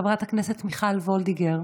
חברת הכנסת מיכל וולדיגר,